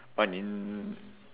but in